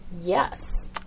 Yes